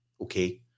okay